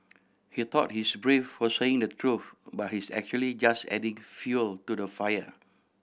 he thought he's brave for saying the truth but he's actually just adding fuel to the fire